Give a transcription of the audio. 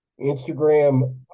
Instagram